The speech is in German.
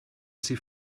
sie